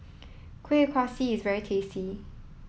Kuih Kaswi is very tasty